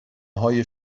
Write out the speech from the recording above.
های